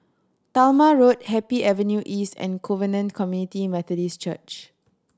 Talma Road Happy Avenue East and Covenant Community Methodist Church